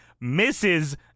misses